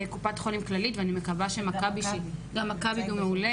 ואני מקווה שגם מכבי וכמובן,